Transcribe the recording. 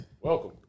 Welcome